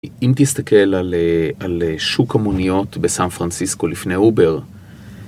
אם תסתכל על שוק המוניות בסן פרנסיסקו לפני הובר